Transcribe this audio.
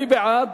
מי בעד?